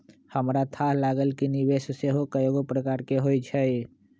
हमरा थाह लागल कि निवेश सेहो कएगो प्रकार के होइ छइ